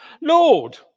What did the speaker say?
Lord